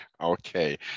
okay